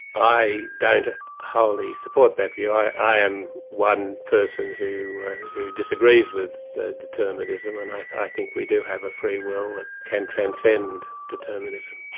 i don't wholly support that view, i i am one person who who disagrees with determinism and i think we do have a freewill that can transcend determinism.